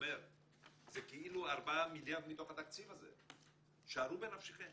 זה כאילו 4 מיליארד מתוך התקציב הזה - שערו בנפשכם